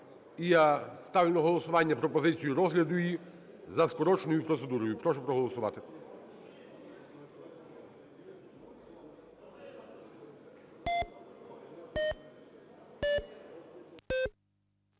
я ставлю на голосування пропозицію розгляду її за скороченою процедурою. Прошу проголосувати.